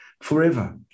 forever